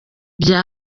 bya